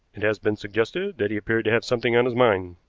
it has been suggested that he appeared to have something on his mind,